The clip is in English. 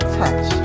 touch